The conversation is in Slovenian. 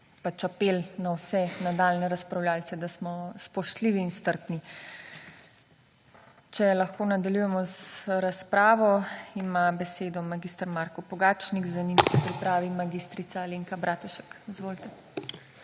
Pač apel na vse nadaljnje razpravljavce, da smo spoštljivi in strpni. Če lahko nadaljujemo z razpravo. Ima besedo mag. Marko Pogačnik, za njim se pripravi mag. Alenka Bratušek. Izvolite.